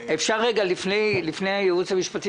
לפני שנשמע את הייעוץ המשפטי,